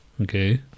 Okay